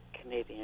Canadian